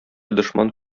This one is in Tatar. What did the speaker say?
дошман